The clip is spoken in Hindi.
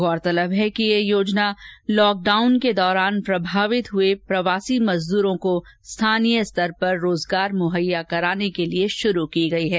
गौरतलब है कि ये योजना लॉकडाउन के दौरान प्रभावित हुए प्रवासी मजदूरों को स्थानीय स्तर पर रोजगार मुहैया कराने के लिए शुरू की गयी है